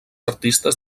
artistes